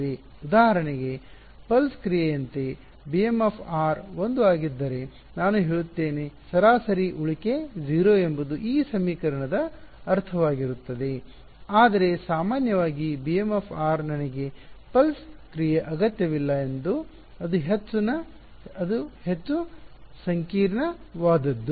ಉದಾಹರಣೆಗೆ ಪಲ್ಸ್ ಕ್ರಿಯೆಯಂತೆ bm 1 ಆಗಿದ್ದರೆ ನಾನು ಹೇಳುತ್ತೇನೆ ಸರಾಸರಿ ಉಳಿಕೆ 0 ಎಂಬುದು ಈ ಸಮೀಕರಣದ ಅರ್ಥವಾಗಿರುತ್ತದೆ ಆದರೆ ಸಾಮಾನ್ಯವಾಗಿ bm ನನಗೆ ನಾಡಿ ಪಲ್ಸ್ ಕ್ರಿಯೆಯ ಅಗತ್ಯವಿಲ್ಲ ಅದು ಹೆಚ್ಚು ಸಂಕೀರ್ಣವಾದದ್ದು